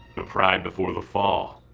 the pride before the fall.